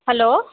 hello